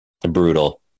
Brutal